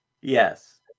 Yes